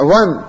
one